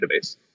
database